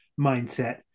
mindset